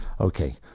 Okay